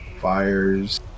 fires